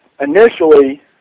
Initially